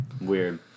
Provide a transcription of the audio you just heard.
Weird